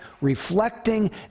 reflecting